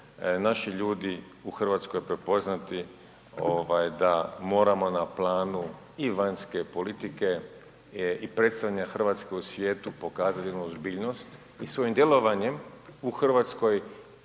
naši ljudi u Hrvatskoj prepoznati da moramo na planu i vanjske politike i predstavljanja Hrvatske u svijetu pokazati jednu ozbiljnost i svojim djelovanjem u Hrvatskoj